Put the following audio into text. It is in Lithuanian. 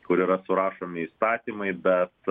kur yra surašomi įstatymai bet